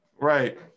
Right